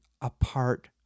apart